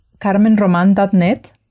carmenroman.net